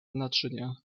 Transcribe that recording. naczynia